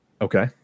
Okay